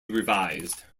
revised